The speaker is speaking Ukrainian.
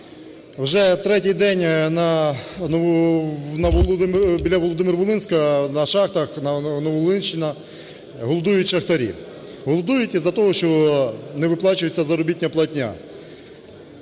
Вже третій день біля Володимир-Волинська на шахтах на Волинщині голодують шахтарі. Голодують із-за того, що не виплачується заробітна платня.